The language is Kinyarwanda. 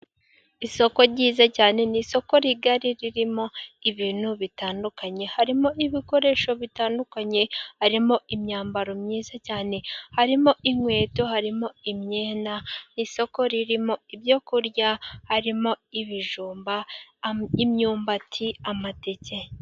Isoko ryiza cyane, ni isoko rigari ririmo ibintu bitandukanye, harimo ibikoresho bitandukanye. Harimo imyambaro myiza cyane, harimo inkweto, harimo imyenda n'isoko ririmo ibyo kurya, harimo ibijumba, imyumbati amateke.